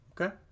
Okay